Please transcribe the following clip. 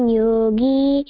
yogi